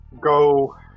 Go